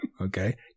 Okay